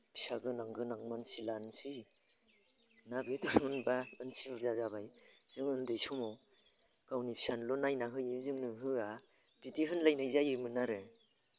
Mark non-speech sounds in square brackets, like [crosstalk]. फिसा गोनां गोनां मानसि लानोसै ना [unintelligible] जों उन्दै समाव गावनि फिसानोल' नायना होयो जोंनो होया बिदि होनलायनाय जायोमोन आरो